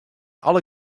alle